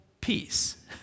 peace